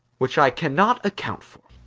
which i cannot account for.